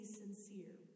sincere